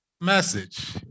message